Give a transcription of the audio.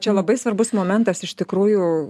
čia labai svarbus momentas iš tikrųjų